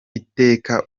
iteka